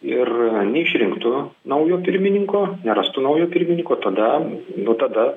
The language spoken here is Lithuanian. ir neišrinktų naujo pirmininko nerastų naujo pirmininko tada jau tada